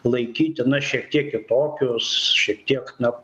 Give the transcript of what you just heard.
laikyti na šiek tiek kitokius šiek tiek na